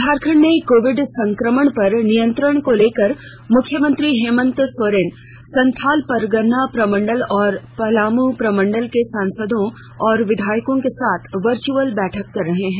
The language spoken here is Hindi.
झारखंड में कोविड संक्रमण पर नियंत्रण को लेकर मुख्यमंत्री हेमंत सोरेन संथाल परगना प्रमंडल और पलामू प्रमंडल के सांसदों और विधायकों के साथ वर्चअल बैठक कर रहे हैं